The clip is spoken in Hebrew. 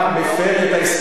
הוא גם מפר את ההסכמים.